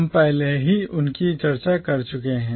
हम पहले ही उनकी चर्चा कर चुके हैं